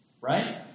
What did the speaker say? Right